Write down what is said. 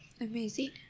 amazing